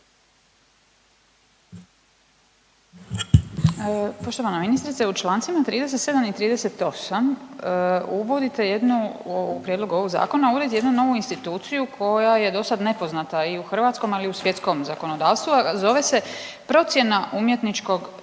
Poštovana ministrice, u čl. 37. i 38. uvodite jednu, u prijedlogu ovog zakona, uvodite jednu novu institucija koja je dosad nepoznata i u hrvatskom, ali i u svjetskom zakonodavstvu, a zove se procjena umjetničkog doprinosa,